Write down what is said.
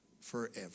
forever